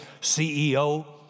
CEO